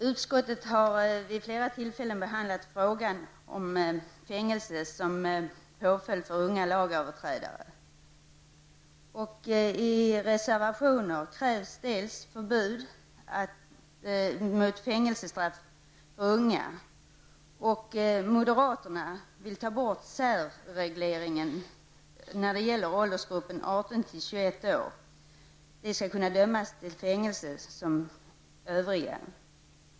Utskottet har vid flera tillfällen behandlat frågan om fängelse som påföljd för unga lagöverträdare. I reservationer krävs ett förbud mot fängelsestraff för unga. Moderaterna vill dessutom ta bort särregleringen när det gäller åldersgruppen 18--21 år. Den skall alltså kunna dömas till fängelse som övriga.